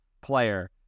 player